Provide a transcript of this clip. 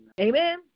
Amen